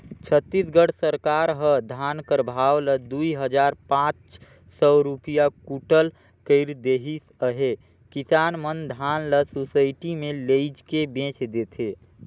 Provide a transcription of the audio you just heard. छत्तीसगढ़ सरकार ह धान कर भाव ल दुई हजार पाच सव रूपिया कुटल कइर देहिस अहे किसान मन धान ल सुसइटी मे लेइजके बेच देथे